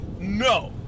No